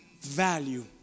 value